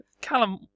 Callum